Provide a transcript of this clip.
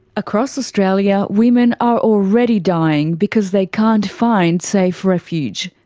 across australia, women are already dying because they can't find safe refuge.